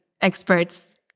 experts